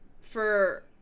for-